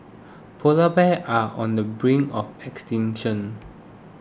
Polar Bears are on the brink of extinction